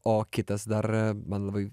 o kitas dar man labai